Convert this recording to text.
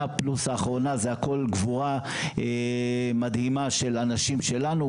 האחרונה פלוס זה הכול גבורה מדהימה של אנשים שלנו,